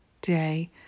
day